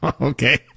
Okay